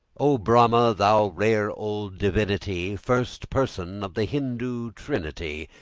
o brahma, thou rare old divinity, first person of the hindoo trinity,